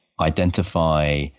identify